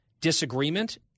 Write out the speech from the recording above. disagreement